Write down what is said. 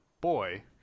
boy